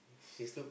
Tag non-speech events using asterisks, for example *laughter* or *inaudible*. *breath*